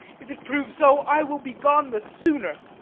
if it prove so, i will be gone the sooner.